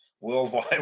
Worldwide